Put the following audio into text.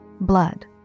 Blood